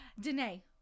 Danae